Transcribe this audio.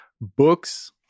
books